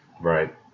right